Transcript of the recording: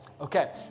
Okay